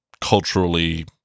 culturally